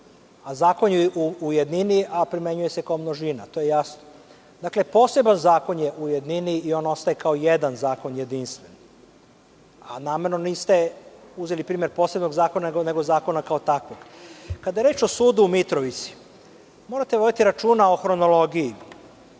Zakon je u jednini, a primenjuje se kao množina. To je jasno. Dakle, poseban zakon je u jednini i on ostaje kao jedan zakon, jedinstven. Namerno niste uzeli primer posebnog zakona, nego zakona kao takvog. Kada je reč o sudu u Mitrovici, morate da vodite računa o hronologiji.